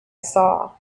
saw